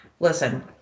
listen